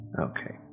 Okay